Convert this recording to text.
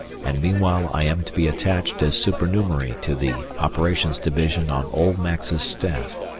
and meanwhile i am to be attached as supernumerary to the operations division on old max's staff.